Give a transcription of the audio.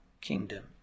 kingdom